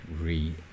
re